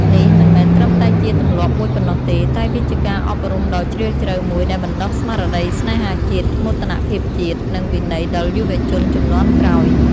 នេះមិនមែនត្រឹមតែជាទម្លាប់មួយប៉ុណ្ណោះទេ តែវាជាការអប់រំដ៏ជ្រាលជ្រៅមួយដែលបណ្ដុះស្មារតីស្នេហាជាតិ មោទនភាពជាតិ និងវិន័យដល់យុវជនជំនាន់ក្រោយ។